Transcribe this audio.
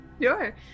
Sure